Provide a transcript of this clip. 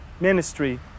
ministry